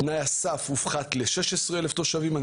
תנאי הסף הופחת ל-16,000 תושבים,